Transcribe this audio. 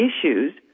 issues